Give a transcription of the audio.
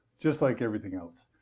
just like everything else.